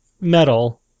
metal